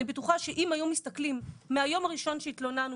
אני בטוחה שאם היו מסתכלים מהיום הראשון שהתלוננו,